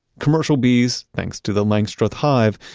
commercial bees, thanks to the langstroth hive,